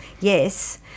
yes